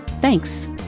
Thanks